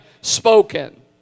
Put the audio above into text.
spoken